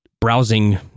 browsing